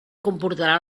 comportarà